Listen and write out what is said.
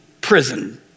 prison